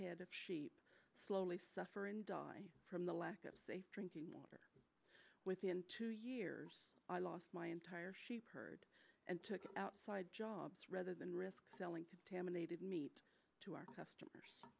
head of sheep slowly suffer and die from the lack of safe drinking water within two years i lost my entire sheep herd and took it outside jobs rather than risk selling to tame unaided meat to our customers